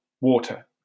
water